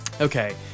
okay